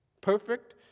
perfect